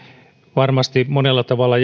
varmasti monella tavalla